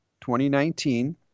2019